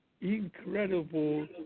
incredible